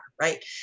right